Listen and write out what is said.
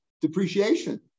depreciation